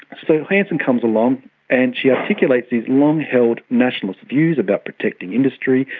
so hanson comes along and she articulates these long-held nationalist views about protecting industry,